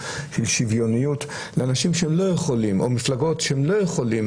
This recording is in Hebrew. --- אי-שוויוניות לאנשים שלא יכולים או מפלגות שלא יכולות